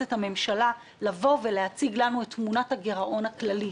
את הממשלה להציג לנו את תמונת הגירעון הכללית.